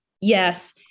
yes